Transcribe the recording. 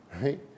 Right